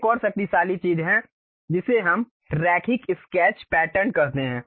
एक और शक्तिशाली चीज है जिसे हम रैखिक स्केच पैटर्न कहते हैं